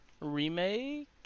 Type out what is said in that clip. Remake